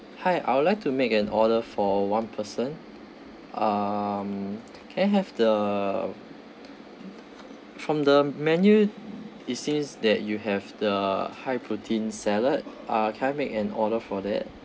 hi I would like to make an order for one person um can I have the from the menu it seems that you have the high protein salad uh can I make an order for that